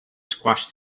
squashed